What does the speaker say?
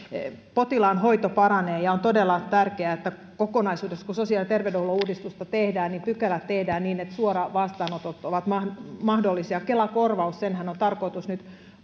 potilaan hoito paranee ja on todella tärkeää että kokonaisuudessaan kun sosiaali ja terveydenhuollon uudistusta tehdään pykälät tehdään niin että suoravastaanotot ovat mahdollisia kela korvauksenhan on tarkoitus nyt